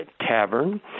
tavern